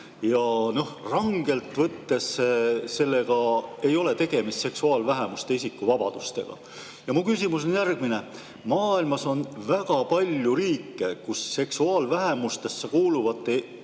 ja noh, rangelt võttes, selle puhul ei ole tegemist seksuaalvähemuste isikuvabadustega. Mu küsimus on järgmine. Maailmas on väga palju riike, kus seksuaalvähemustesse kuuluvate